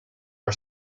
our